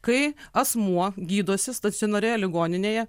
kai asmuo gydosi stacionarioje ligoninėje